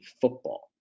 football